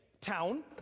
town